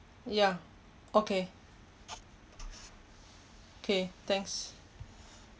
ya okay okay thanks